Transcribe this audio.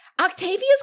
Octavia's